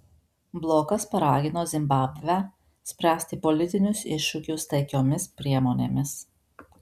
blokas paragino zimbabvę spręsti politinius iššūkius taikiomis priemonėmis